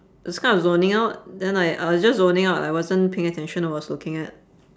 was kind of zoning out then I I was just zoning out I wasn't paying attention I was looking at